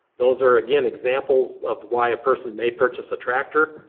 those are again examples of why a person may purchase a tractor.